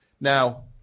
Now